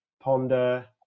ponder